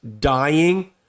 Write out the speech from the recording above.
dying